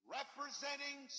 representing